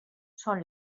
són